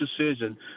decision